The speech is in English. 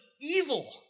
evil